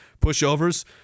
Pushovers